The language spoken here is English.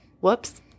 whoops